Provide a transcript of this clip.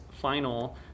final